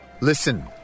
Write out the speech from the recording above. Listen